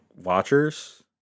watchers